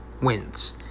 wins